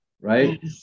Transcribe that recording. right